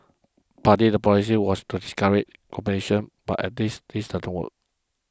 partly the policy was to discourage competition but at this this didn't work